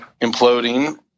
imploding